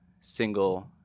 single